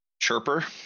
chirper